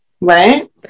Right